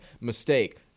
Mistake